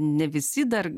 ne visi dar